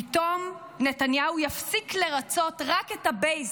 פתאום נתניהו יפסיק לרצות רק את הבייס,